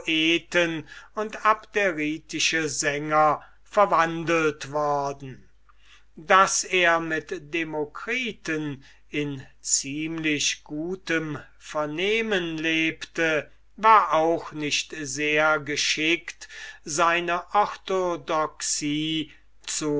und abderitische sänger verwandelt worden daß er mit dem demokritus in ziemlich gutem vernehmen lebte war auch nicht sehr geschickt seine orthodoxie zu